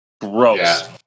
gross